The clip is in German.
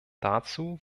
dazu